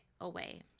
away